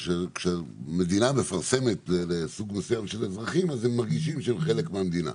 כשאדם חרדי רואה שלפ"מ מפרסמת אצלו הוא מרגיש שהוא חלק מהמדינה.